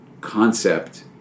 concept